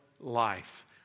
life